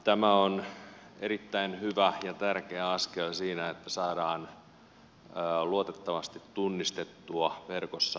tämä on erittäin hyvä ja tärkeä askel siinä että saadaan luotettavasti tunnistettua verkossa asioija